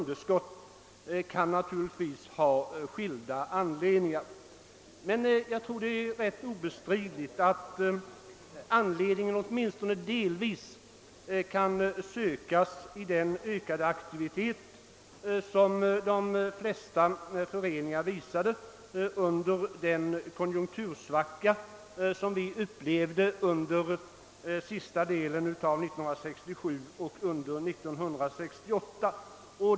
Det kan naturligtvis finnas skilda anledningar till dessa underskott, men jag tror det är obestridligt att anledningen åtminstone delvis kan sökas i den ökade aktivitet som de flesta föreningar bedrev under den konjunktursvacka som vi upplevde under sista delen av år 1967 och under år 1968.